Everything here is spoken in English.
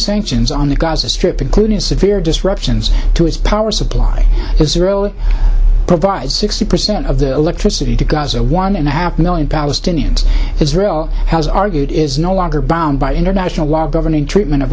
sanctions on the gaza strip including severe disruptions to his power supply is zero provide sixty percent of the electricity to gaza one and a half million palestinians israel has argued is no longer bound by international law governing treatment of